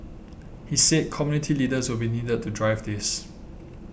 he said community leaders will be needed to drive this